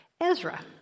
Ezra